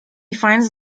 finds